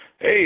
Hey